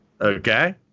Okay